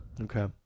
Okay